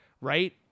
right